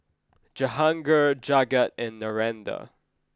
Jehangirr Jagat and Narendra